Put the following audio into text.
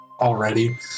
already